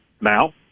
Now